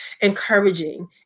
encouraging